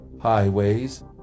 highways